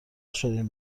شدیم